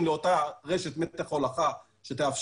לחברת החשמל ולמנהל המערכת יש כלים סופר מתוחכמים של ניהול